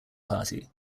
party